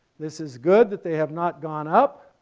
this is good that they have not gone up,